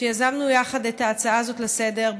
יזמנו יחד את ההצעה הזאת לסדר-היום.